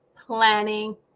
planning